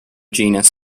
genus